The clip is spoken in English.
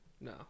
No